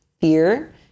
fear